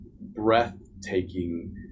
breathtaking